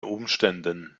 umständen